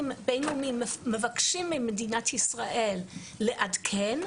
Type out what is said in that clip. בין-לאומיים מבקשים ממדינת ישראל לעדכן,